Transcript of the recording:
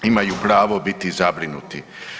Imaju pravo biti zabrinuti.